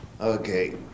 Okay